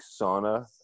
sauna